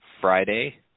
Friday